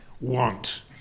want